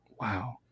Wow